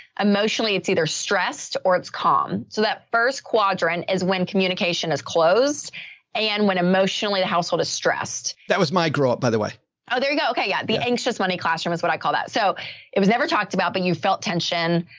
emotionally, it's either stressed or it's calm. so that first quadrant is when communication is closed and when emotionally the household is stressed. that was my grow up by the way. oh, there we go. okay. yeah. the anxious money classroom is what i call that. so it was never talked about, but you felt tension.